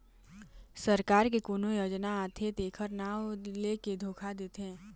सरकार के कोनो योजना आथे तेखर नांव लेके धोखा देथे